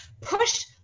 push